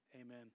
Amen